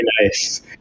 nice